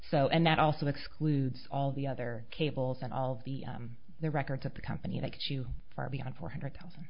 so and that also excludes all the other cables and all of the the records of the company that you far beyond four hundred thousand